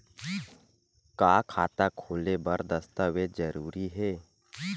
का खाता खोले बर दस्तावेज जरूरी हे?